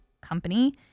company